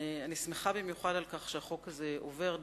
ואני שמחה במיוחד על כך שהחוק הזה עובר,